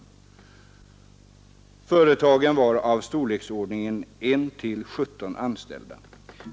Dessa företag var av storleksordningen 1—17 anställda.